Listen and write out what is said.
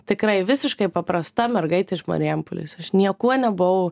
tikrai visiškai paprasta mergaitė iš marijampolės aš niekuo nebuvau